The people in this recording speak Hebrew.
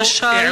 למשל,